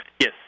Yes